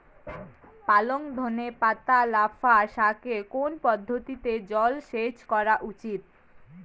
পালং ধনে পাতা লাফা শাকে কোন পদ্ধতিতে জল সেচ করা উচিৎ?